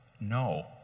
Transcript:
No